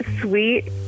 sweet